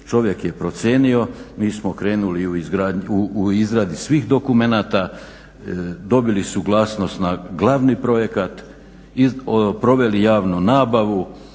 čovjek je procijenio, mi smo krenuli u izradu svih dokumenata, dobili suglasnost na glavni projekt, proveli javnu nabavu,